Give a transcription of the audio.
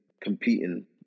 competing